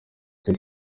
cyo